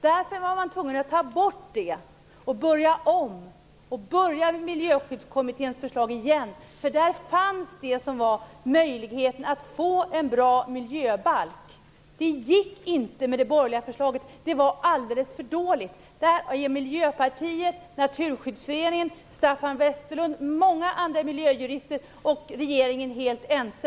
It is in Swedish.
Därför var man tvungna att dra tillbaka förslaget och börja om med Miljöskyddskommitténs förslag igen. Med den utgångspunkten var det möjligt att få en bra miljöbalk. Det gick inte med det borgerliga förslaget. Det var alldeles för dåligt. Miljöpartiet, Naturskyddsföreningen, Staffan Westerlund, många andra miljöjurister och regeringen är helt ense.